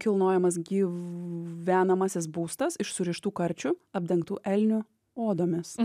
kilnojamas gyvenamasis būstas iš surištų karčių apdengtų elnių odomis